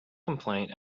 complaint